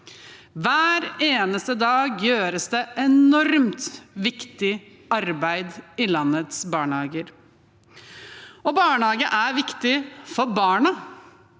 Hver eneste dag gjøres det enormt viktig arbeid i landets barnehager. Barnehage er viktig for barna,